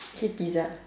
K pizza